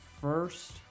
first